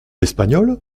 espagnol